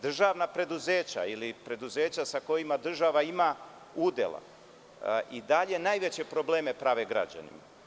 Državna preduzeća ili preduzeća sa kojima država ima udela i dalje najveće probleme prave građanima.